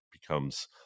becomes